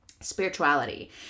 spirituality